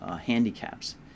handicaps